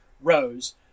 rose